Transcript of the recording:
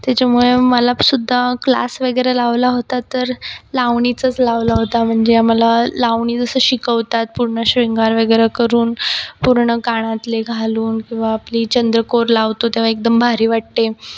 त्याच्यामुळे मला सुद्धा क्लास वगैरे लावला होता तर लावणीचाच लावला होता म्हणजे आम्हाला लावणी जसं शिकवतात पूर्ण श्रृंगार वगैरे करून पूर्ण काणातले घालून किंवा आपली चंद्रकोर लावतो तेव्हा एकदम भारी वाटते